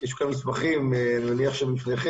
יש פה מסמכים, אני מניח שהם לפניכם.